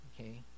okay